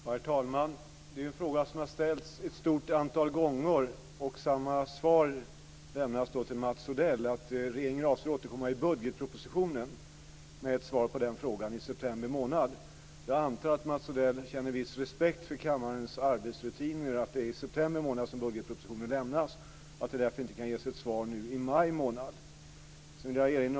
Herr talman! Det är en fråga som har ställts ett stort antal gånger. Samma svar lämnas till Mats Odell. Regeringen avser att återkomma i budgetpropositionen i september månad med ett svar på den frågan. Jag antar att Mats Odell känner viss respekt för kammarens arbetsrutiner. Det är i september månad som budgetpropositionen lämnas. Därför kan jag inte ge något svar nu i maj månad.